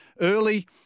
Early